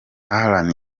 alan